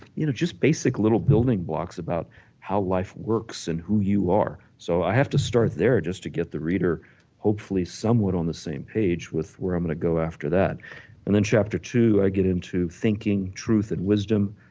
you know just basic little building blocks about how life works and who you are. so i have to start there just to get the reader hopefully somewhat on the same page with where i'm going to go after that and then chapter ii, i get into thinking truth and wisdom.